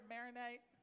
marinate